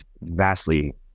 vastly